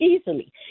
easily